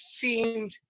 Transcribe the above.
seemed